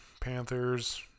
Panthers